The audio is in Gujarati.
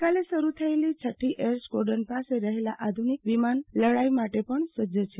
ગઈકાલે શરૂ થયેલી છઠ્ઠી એર સ્કોર્ડન પાસે રહેલા આધુ નિક વિમાન લડાઈ માટે પણ સજ્જ છે